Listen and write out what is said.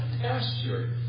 pasture